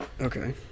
Okay